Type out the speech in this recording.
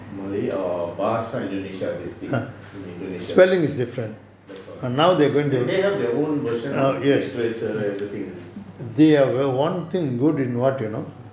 malay or bahasa indonesia they speak in indonesia that's all they have their own version of literature everything